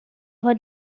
what